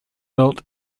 built